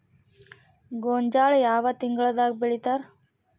ಗೋಂಜಾಳ ಯಾವ ತಿಂಗಳದಾಗ್ ಬೆಳಿತಾರ?